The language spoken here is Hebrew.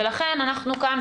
ולכן אנחנו כאן.